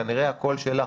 כנראה הקול שלך,